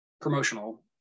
promotional